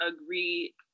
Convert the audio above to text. agree